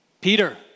Peter